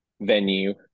venue